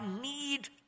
need